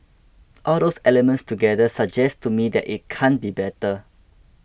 all those elements together suggest to me that it can't be better